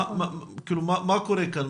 מה קורה כאן?